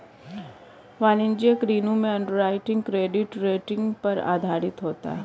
वाणिज्यिक ऋण में अंडरराइटिंग क्रेडिट रेटिंग पर आधारित होता है